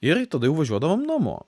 ir tada jau važiuodavom namo